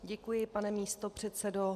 Děkuji, pane místopředsedo.